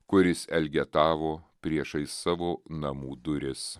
kuris elgetavo priešais savo namų duris